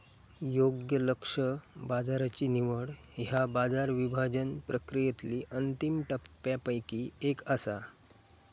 योग्य लक्ष्य बाजाराची निवड ह्या बाजार विभाजन प्रक्रियेतली अंतिम टप्प्यांपैकी एक असा